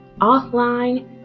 offline